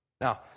Now